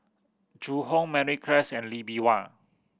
Zhu Hong Mary Klass and Lee Bee Wah